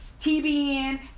TBN